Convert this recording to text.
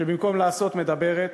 שבמקום לעשות מדברת.